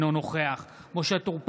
אינו נוכח משה טור פז,